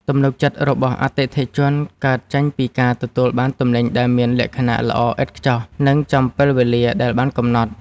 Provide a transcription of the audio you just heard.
ទំនុកចិត្តរបស់អតិថិជនកើតចេញពីការទទួលបានទំនិញដែលមានលក្ខណៈល្អឥតខ្ចោះ និងចំពេលវេលាដែលបានកំណត់។